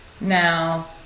Now